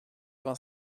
vingt